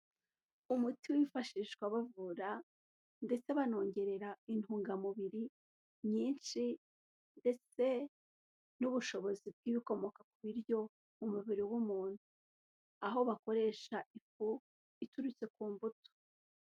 Umuti wifashishwa bavura ndetse banongerera intungamubiri nyinshi ndetse n'ubushobozi bw'ibikomoka ku biryo mu umubiri w'umuntu aho bakoresha ifu iturutse ku mbuto.